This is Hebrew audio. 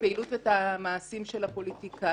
הפעילות ואת המעשים של הפוליטיקאים,